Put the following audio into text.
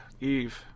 Eve